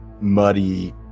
muddy